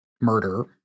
murder